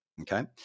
Okay